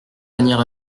venir